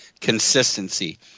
consistency